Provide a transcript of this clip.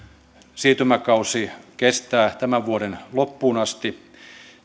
siirtymäkausi kestää tämän vuoden loppuun asti